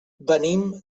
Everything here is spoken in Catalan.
venim